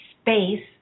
space